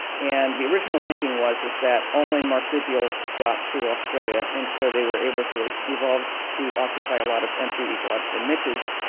and the original thinking was that only marsupials got to australia and so they were able to evolve to occupy a lot of empty ecological niches.